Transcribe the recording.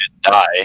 die